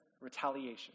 retaliation